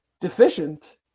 deficient